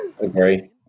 agree